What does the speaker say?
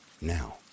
Now